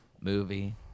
movie